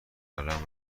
قلم